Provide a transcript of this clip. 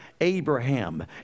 Abraham